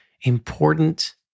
important